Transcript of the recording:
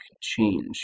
change